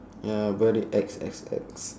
ya very ex ex ex